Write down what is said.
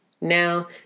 Now